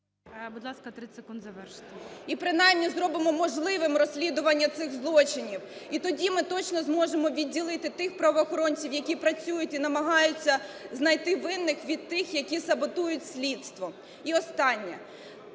Будь ласка, 30 секунд, завершуйте. СОТНИК О.С. І принаймні зробимо можливим розслідування цих злочинів. І тоді ми точно зможемо відділити тих правоохоронців, які працюють і намагаються знайти винних, від тих, які саботують слідство. І останнє.